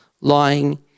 lying